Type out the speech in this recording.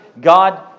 God